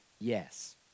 yes